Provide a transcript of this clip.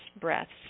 Breaths